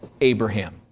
Abraham